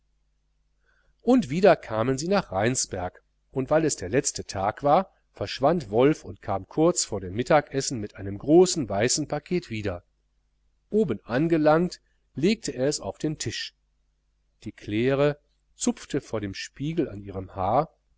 und wieder kamen sie nach rheinsberg und weil es der letzte tag war verschwand wolf und kam kurz vor dem mittagessen mit einem großen weißen paket wieder oben angelangt legte er es auf den tisch die claire zupfte vor dem spiegel an ihrem haar